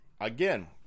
again